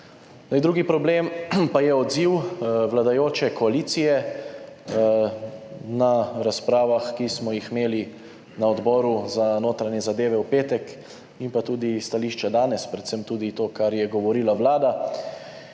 drugi problem pa je odziv vladajoče koalicije na razpravah, ki smo jih imeli na Odboru za notranje zadeve v petek in pa tudi stališča danes, predvsem tudi to, kar je govorila Vlada.